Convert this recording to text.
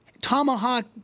tomahawk